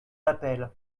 d’appel